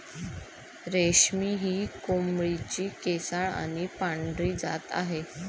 रेशमी ही कोंबडीची केसाळ आणि पांढरी जात आहे